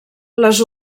les